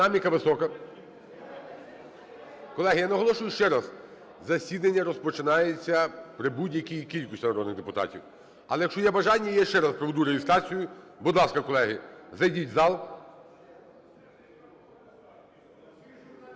Динаміка висока. Колеги, я наголошую ще раз: засідання розпочинається при будь-якій кількості народних депутатів. Але якщо є бажання, я ще раз проведу реєстрацію. Будь ласка, колеги, зайдіть в зал.